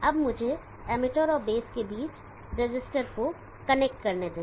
अब मुझे एमिटर और बेस के बीच रेसिस्टर को कनेक्ट करने दें